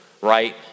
right